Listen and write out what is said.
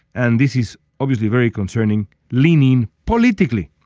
and this is obviously very concerning leaning politically.